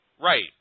Right